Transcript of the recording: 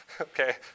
Okay